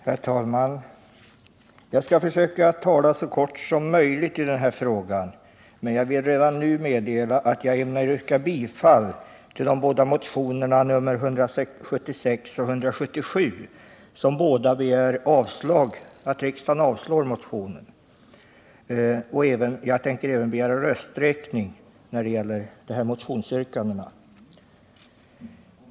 Herr talman! Jag skall försöka tala så kort som möjligt, men jag vill redan nu meddela att jag ämnar yrka bifall till de båda motionerna 176 och 177, som båda begär att riksdagen avslår propositionen, och jag tänker även begära rösträkning när det gäller de här motionsyrkandena.